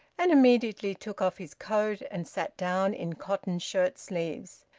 and immediately took off his coat and sat down in cotton shirt-sleeves.